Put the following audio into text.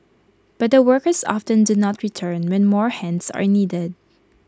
but the workers often do not return when more hands are needed